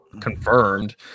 confirmed